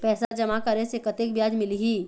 पैसा जमा करे से कतेक ब्याज मिलही?